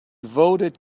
voted